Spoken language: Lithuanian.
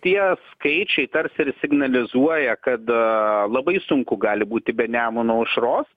tie skaičiai tarsi ir signalizuoja kad labai sunku gali būti be nemuno aušros